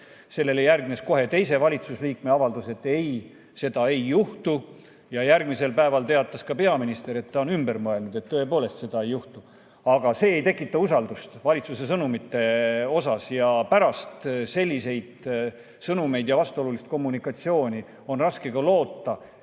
Sellele järgnes kohe valitsuse teise liikme avaldus, et ei, seda ei juhtu. Ja järgmisel päeval teatas ka peaminister, et ta on ümber mõelnud, et tõepoolest seda ei juhtu. Aga see ei tekita usaldust valitsuse sõnumite vastu. Pärast selliseid sõnumeid ja vastuolulist kommunikatsiooni on raske loota, et